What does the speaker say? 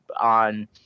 on